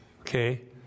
okay